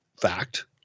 fact